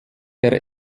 der